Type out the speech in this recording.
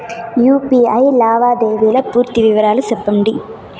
UPI లావాదేవీల పూర్తి వివరాలు సెప్పండి?